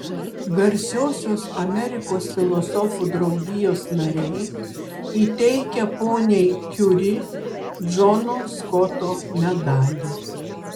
garsiosios amerikos filosofų draugijos nariai įteikia poniai kiuri džono skoto medalį